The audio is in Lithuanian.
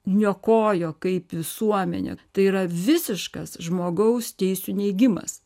niokojo kaip visuomenę tai yra visiškas žmogaus teisių neigimas